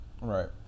Right